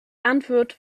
antwort